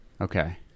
okay